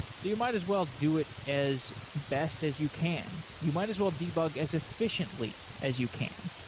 so you might as well do it as best as you can. you might as well debug as efficiently as you can.